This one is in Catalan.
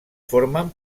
formen